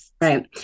Right